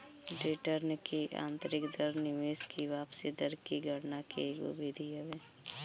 return की आतंरिक दर निवेश की वापसी दर की गणना के एगो विधि हवे